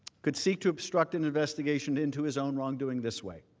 could seek to obstruct an investigation into his own wrongdoing this way,